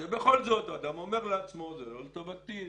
בכל זאת האדם אומר לעצמו: זה לא לטובתי,